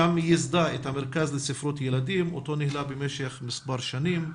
שם היא ייסדה את המרכז לספרות ילדים אותו ניהלה במשך מספר שנים.